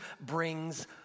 brings